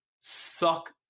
suck